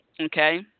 okay